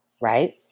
right